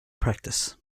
practice